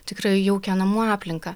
tikrai jaukią namų aplinką